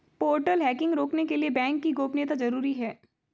portal hacking रोकने के लिए बैंक की गोपनीयता जरूरी हैं